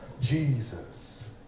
Jesus